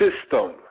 system